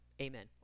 Amen